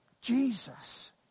Jesus